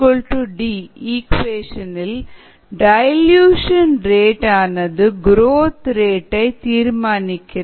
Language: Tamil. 𝜇 D இக்குவேஷன் இல் டயல்யூஷன் ரேட் ஆனது குரோத் ரேட்டை தீர்மானிக்கிறது